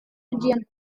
ujian